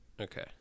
Okay